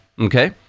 Okay